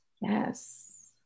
Yes